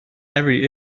every